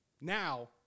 now